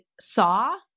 saw